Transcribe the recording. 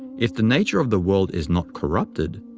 if the nature of the world is not corrupted,